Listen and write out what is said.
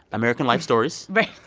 american life stories